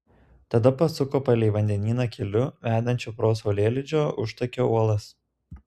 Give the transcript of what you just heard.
tada pasuko palei vandenyną keliu vedančiu pro saulėlydžio užtakio uolas